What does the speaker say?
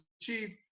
chief